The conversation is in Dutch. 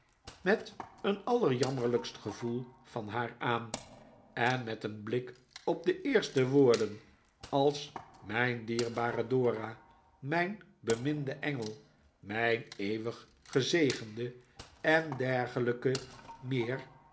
met een allerjammerlijkst gevoel van haar aan en met een blik op de eerste woorden als mijn dierbare dora mijn beminde engel mijn eeuwig gezegende en dergelijke meer